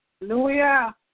Hallelujah